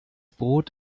brot